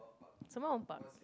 Sembawang Parks